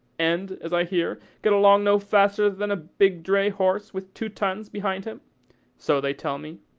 and, as i hear, get along no faster than a big dray-horse with two tons behind him so they tell me.